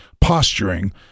posturing